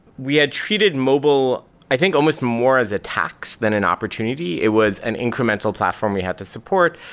we had treated mobile i think almost more as a tax than an opportunity. it was an incremental platform we had to support.